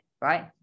right